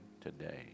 today